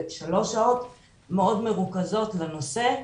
זה שלוש שעות מאוד מרוכזות לנושא,